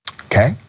okay